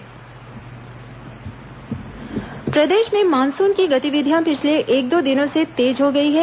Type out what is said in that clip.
मौसम प्रदेश में मानसून की गतिविधियां पिछले एक दो दिनों से तेज हो गई हैं